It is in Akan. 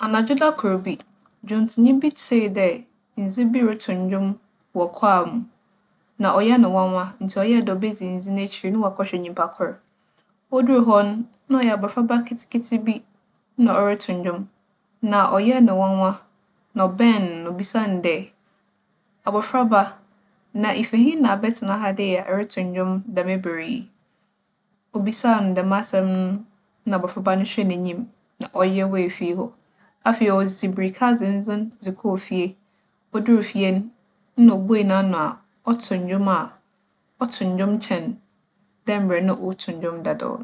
Anadwo dakor bi, dwontownyi bi tsee dɛ ndze bi rotow ndwom wͻ kwaa mu, na ͻyɛɛ no nwanwa ntsi ͻyɛɛ dɛ obedzi ndze n'ekyir na ͻaakͻhwɛ nyimpakor. Odur hͻ no na ͻyɛ abofraba ketseketse bi nna ͻrotow ndwom, na ͻyɛɛ no nwanwa. Na ͻbɛɛn no na obisaa no dɛ, "Abofraba, na ifi hen na abɛtsena ha dɛ yi a erotow ndwom dɛm ber yi?" Obisaa no dɛm asɛm no na abofraba no hwɛɛ n'enyim na ͻyewee fii hͻ. Afei ͻdze mbirika dzenndzen dze kͻr fie. Odur fie no, nna obue n'ano a, ͻtow ndwom a, ͻtow ndwom kyɛn dɛ mbrɛ na ͻtow ndwom dadaw no.